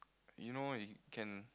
you know it can